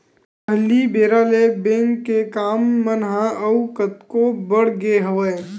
पहिली बेरा ले बेंक के काम मन ह अउ कतको बड़ गे हवय